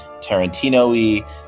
Tarantino-y